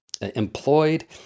employed